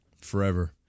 Forever